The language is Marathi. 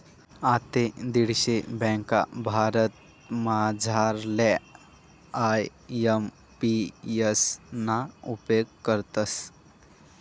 आते दीडशे ब्यांका भारतमझारल्या आय.एम.पी.एस ना उपेग करतस